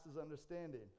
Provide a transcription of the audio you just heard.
understanding